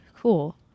Cool